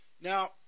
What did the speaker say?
Now